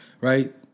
right